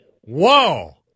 Whoa